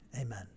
amen